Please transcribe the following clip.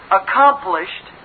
accomplished